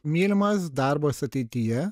mylimas darbas ateityje